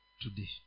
today